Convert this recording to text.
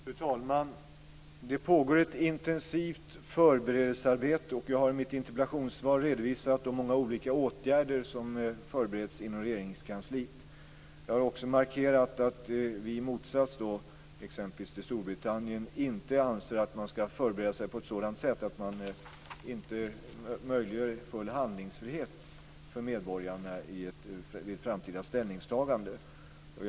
Fru talman! Det pågår ett intensivt förberedelsearbete. Jag har i interpellationssvaret redovisat de olika åtgärder som förbereds i Regeringskansliet. Jag har också markerat att vi i motsats till t.ex. Storbritannien inte anser att man skall förbereda sig på ett sådant sätt att det inte blir full handlingsfrihet vid ett framtida ställningstagande för medborgarna.